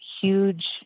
huge